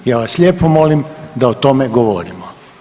Ja vas lijepo molim da o tome govorimo.